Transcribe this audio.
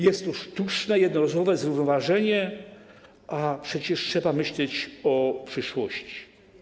Jest to sztuczne jednorazowe zrównoważenie, a przecież trzeba myśleć o przyszłości.